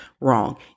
wrong